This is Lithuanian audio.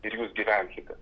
ir jūs gyvenkite